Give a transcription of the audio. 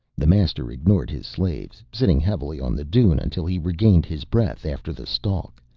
the master ignored his slaves, sitting heavily on the dune until he regained his breath after the stalk.